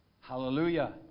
Hallelujah